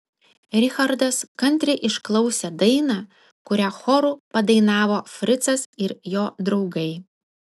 richardas kantriai išklausė dainą kurią choru padainavo fricas ir jo draugai